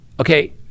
okay